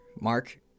Mark